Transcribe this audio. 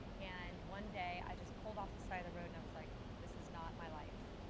and one day, i just pull off the side of the road and i was like this is not my life.